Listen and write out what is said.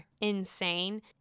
insane